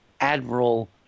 admiral